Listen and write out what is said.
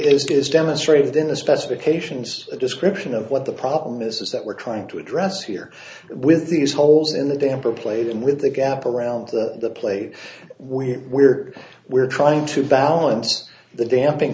is demonstrated in the specifications a description of what the problem is that we're trying to address here with these holes in the damper plate and with the gap around the plate we're we're we're trying to balance the damping